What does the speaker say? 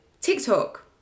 TikTok